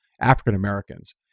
African-Americans